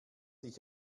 ich